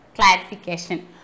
clarification